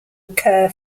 occur